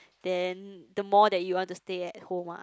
then the more that you want to stay at home ah